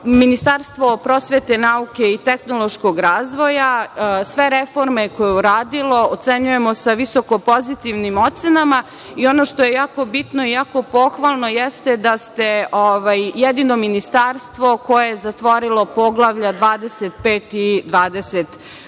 Ministarstvo prosvete, nauke i tehnološkog razvoja sve reforme koje je uradilo, ocenjujemo sa visoko pozitivnim ocenama i ono što je jako bitno, jako pohvalno, jeste da ste jedino ministarstvo koje je zatvorilo Poglavlja 25 i 26.